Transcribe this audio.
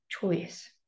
choice